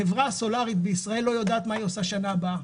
חברה סולרית בישראל לא יודעת מה היא עושה בשנה הבאה,